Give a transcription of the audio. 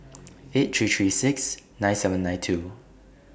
eight three three six nine seven nine two